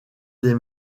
des